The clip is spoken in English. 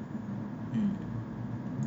hmm